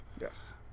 yes